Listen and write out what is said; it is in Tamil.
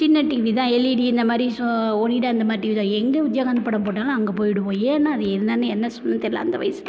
சின்ன டிவி தான் எல்இடி இந்த மாதிரி ஸோ ஒனிடா இந்த மாதிரி டிவி தான் எங்கே விஜய்காந்த் படம் போட்டாலும் அங்கே போயிடுவோம் ஏன்னா அது என்னென்னே என்ன சொல்கிறது தெரில அந்த வயசுக்கு